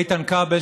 איתן כבל,